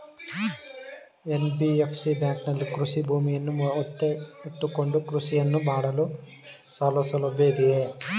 NBFC ಬ್ಯಾಂಕಿನಲ್ಲಿ ಕೃಷಿ ಭೂಮಿಯನ್ನು ಒತ್ತೆ ಇಟ್ಟುಕೊಂಡು ಕೃಷಿಯನ್ನು ಮಾಡಲು ಸಾಲಸೌಲಭ್ಯ ಇದೆಯಾ?